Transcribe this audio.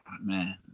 man